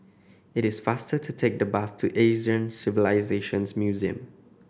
it is faster to take the bus to Asian Civilisations Museum